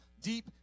Deep